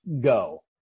go